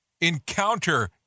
encounter